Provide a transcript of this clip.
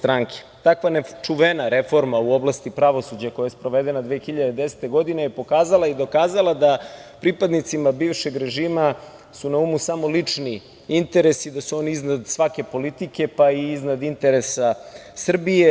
Takva nečuvena reforma u oblasti pravosuđa koja je sprovedena 2010. godine je pokazala i dokazala da su pripadnicima bivšeg režima na umu samo lični interesi, da su oni iznad svake politike, pa i iznad interesa Srbije.